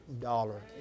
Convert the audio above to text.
dollar